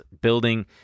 building